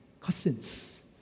cousins